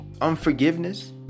Unforgiveness